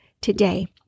today